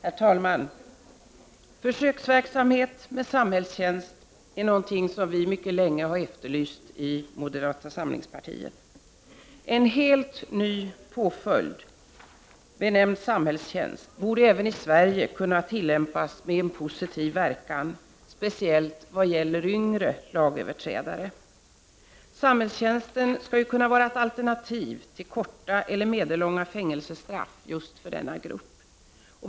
Herr talman! Moderata samlingspartiet har länge efterlyst försöksverksamhet med samhällstjänst. En helt ny påföljd, benämnd samhällstjänst, borde även i Sverige kunna tillämpas med positiv verkan, speciellt vad gäller yngre lagöverträdare. Samhällstjänsten skall ju kunna vara ett alternativ till korta eller medellånga fängelsestraff just för denna grupp.